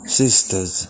sisters